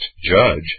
judge